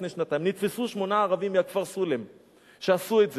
נתפסו שמונה ערבים מהכפר סולם שעשו את זה.